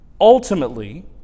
Ultimately